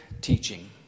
teaching